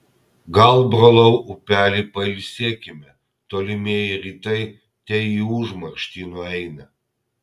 gal brolau upeli pailsėkime tolimieji rytai te į užmarštį nueina